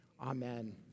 Amen